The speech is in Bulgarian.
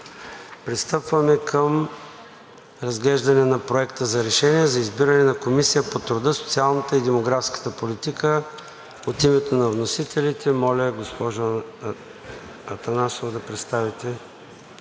Преминаваме към разглеждане на Проект на решение за избиране на Комисия по труда, социалната и демографската политика. От името на вносителите, моля госпожо Атанасова, да представите